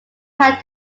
had